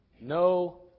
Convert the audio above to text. No